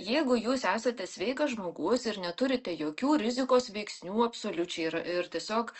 jeigu jūs esate sveikas žmogus ir neturite jokių rizikos veiksnių absoliučiai ir ir tiesiog